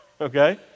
okay